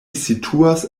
situas